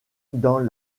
dans